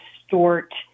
distort